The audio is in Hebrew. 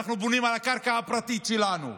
אנחנו בונים על הקרקע הפרטית שלנו.